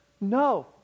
No